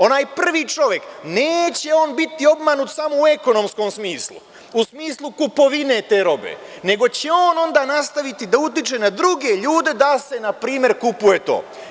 Onaj prvi čovek neće biti obmanut samo u ekonomskom smislu, u smislu kupovine te robe, nego će on onda nastaviti da utiče na druge ljude da se, na primer, kupuje to.